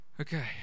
Okay